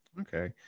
Okay